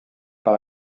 par